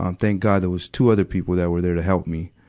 um thank god there was two other people that were there to help me.